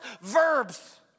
verbs